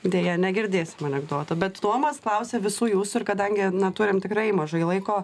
deja negirdėsim anekdoto bet tomas klausia visų jūsų ir kadangi na turim tikrai mažai laiko